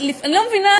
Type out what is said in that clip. אני לא מבינה,